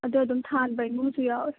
ꯑꯗꯣ ꯑꯗꯨꯝ ꯊꯥꯟꯕ ꯏꯃꯨꯡꯁꯨ ꯌꯥꯎꯋꯦ